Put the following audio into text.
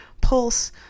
pulse